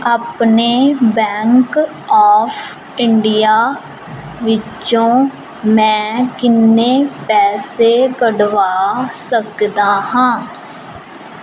ਆਪਣੇ bank of India ਵਿੱਚੋ ਮੈਂ ਕਿੰਨੇ ਪੈਸੇ ਕੱਢਵਾ ਸਕਦਾ ਹਾਂ